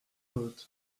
claude